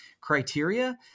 criteria